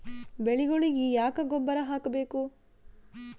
ಬೆಳಿಗೊಳಿಗಿ ಯಾಕ ಗೊಬ್ಬರ ಹಾಕಬೇಕು?